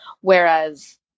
Whereas